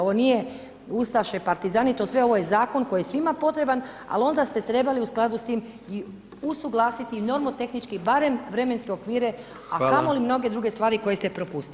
Ovo nije ustaše, partizani, to sve, ovo je zakon koji je svima potreba ali onda ste trebali u skladu s tim usuglasiti i normotehnički barem vremenske okvire a kamoli mnoge druge stvari koje ste propustili.